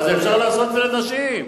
אפשר לעשות את זה על נשים.